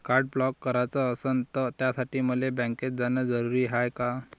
Card block कराच असनं त त्यासाठी मले बँकेत जानं जरुरी हाय का?